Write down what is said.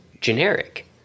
generic